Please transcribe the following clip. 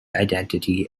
identity